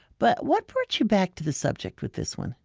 but what brought you back to the subject with this one